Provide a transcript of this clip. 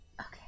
Okay